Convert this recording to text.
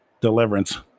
Deliverance